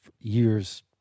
years